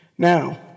Now